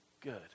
Good